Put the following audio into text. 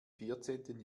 vierzehnten